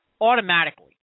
automatically